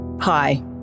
Hi